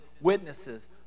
witnesses